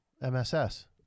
MSS